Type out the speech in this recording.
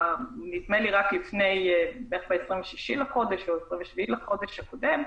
נדמה לי רק בערך ב-26 או ב-27 בחודש הקודם,